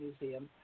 Museum